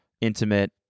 intimate